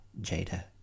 Jada